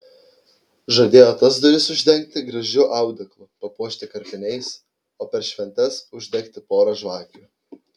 žadėjo tas duris uždengti gražiu audeklu papuošti karpiniais o per šventes uždegti porą žvakių